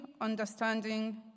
understanding